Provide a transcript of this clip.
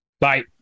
Bye